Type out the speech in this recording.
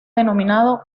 denominado